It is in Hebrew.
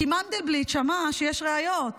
כי מנדלבליט שמע שיש ראיות.